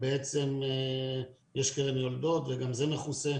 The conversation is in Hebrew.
בעצם יש קרן יולדות וגם זה מכוסה.